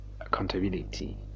accountability